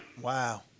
Wow